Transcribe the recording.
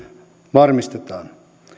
varmistetaan